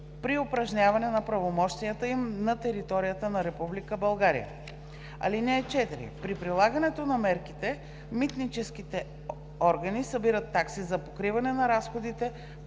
при упражняване на правомощията им, на територията на Република България. (4) При прилагането на мерките митническите органи събират такси за покриване на разходите